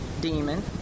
demon